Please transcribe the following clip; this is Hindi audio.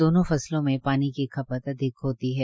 दोनों फसलों में पानी की खपत अधिक होती है